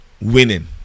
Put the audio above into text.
winning